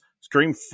Scream